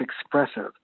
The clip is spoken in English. expressive